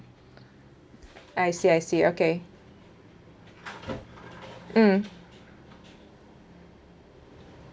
I see I see okay mm